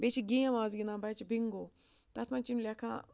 بیٚیہِ چھِ گیم آز گِنٛدان بَچہِ بِنٛگو تَتھ منٛز چھِ یِم لٮ۪کھان